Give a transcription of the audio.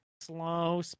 slow